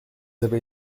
avez